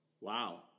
Wow